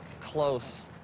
close